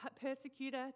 persecutor